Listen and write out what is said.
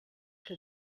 que